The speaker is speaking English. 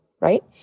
right